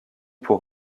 pour